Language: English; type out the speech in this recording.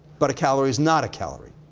but a calorie is not a calorie.